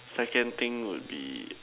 second thing would be